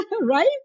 Right